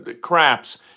craps